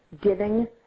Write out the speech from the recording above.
giving